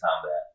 combat